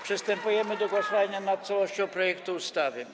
Przystępujemy do głosowania nad całością projektu ustawy.